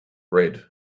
red